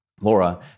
Laura